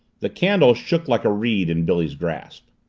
the candle shook like a reed in billy's grasp.